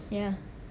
yeah